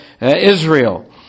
Israel